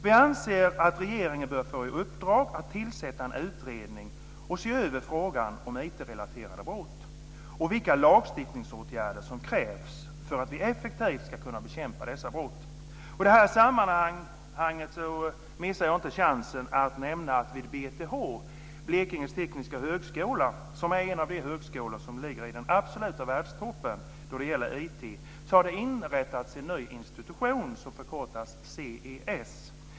Vi anser att regeringen bör få i uppdrag att tillsätta en utredning som ser över frågan om IT-relaterade brott och vilka lagstiftningsåtgärder som krävs för att vi effektivt ska kunna bekämpa dessa brott. I det här sammanhanget missar jag inte chansen att nämna att det vid BTH, Blekinge Tekniska Högskola, som är en av de högskolor som ligger i den absoluta världstoppen då det gäller IT, har inrättats en ny institution som förkortas CES.